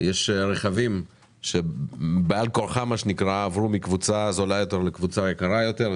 יש רכבים שבעל כורחם עברו מקבוצה זולה יותר לקבוצה יקרה יותר.